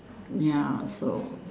ya so